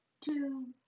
two